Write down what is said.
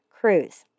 cruise